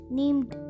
named